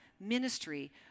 ministry